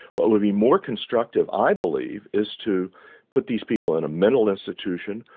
what would be more constructive, i believe, is to put these people in a mental institution,